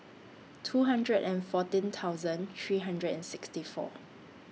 two hundred and fourteen thousand three hundred and sixty four